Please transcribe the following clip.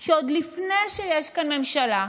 לכך שעוד לפני שיש כאן ממשלה,